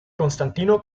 constantino